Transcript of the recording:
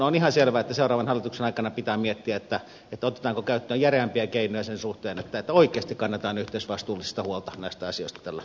on ihan selvää että seuraavan hallituksen aikana pitää miettiä otetaanko käyttöön järeämpiä keinoja sen suhteen että näistä asioista oikeasti kannetaan yhteisvastuullisesti huolta tällä seudulla